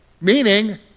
Meaning